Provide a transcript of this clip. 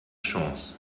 chance